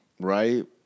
Right